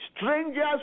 Strangers